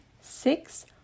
six